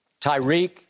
Tyreek